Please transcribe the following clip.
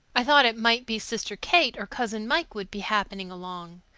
i thought it might be sister kate or cousin mike would be happening along.